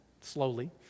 slowly